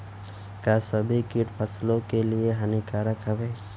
का सभी कीट फसलों के लिए हानिकारक हवें?